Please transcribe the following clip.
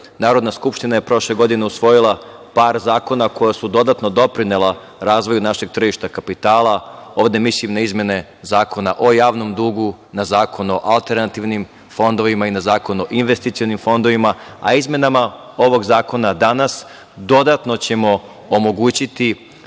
Narodna skupština je prošle godine usvojila par zakona koja su dodatno doprinela razvoju našeg tržišta kapitala, ovde mislim na izmene Zakona o javnom dugu, na Zakon o alternativnim fondovima i na Zakon o investicionim fondovima, a izmenama ovog zakona danas dodatno ćemo omogućiti,